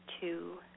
two